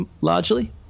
largely